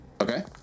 Okay